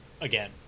again